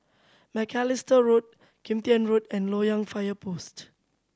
Macalister Road Kim Tian Road and Loyang Fire Post